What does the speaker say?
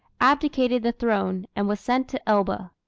abdicated the throne, and was sent to elba.